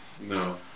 No